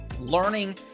learning